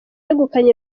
yegukanye